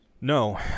No